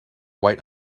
white